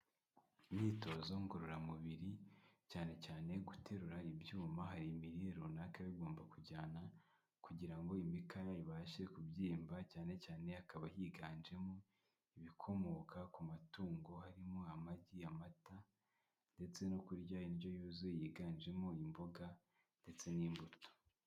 Imyitozo ngororamubiri, cyane cyane guterura ibyuma, hari imirire runaka bigomba kujyana, kugira ngo imikaya ibashe kubyimba, cyane cyane hakaba higanjemo ibikomoka ku matungo, harimo amagi, amata, ndetse no kurya indyo yuzuye yiganjemo imboga ndetse n'imbuto.